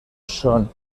son